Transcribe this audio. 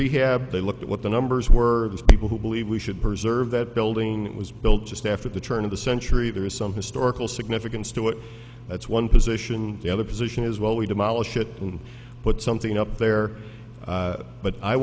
rehab they looked at what the numbers were with people who believe we should preserve that building was built just after the turn of the century there is some historical significance to it that's one position the other position is well we demolish it and put something up there but i